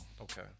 Okay